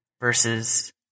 versus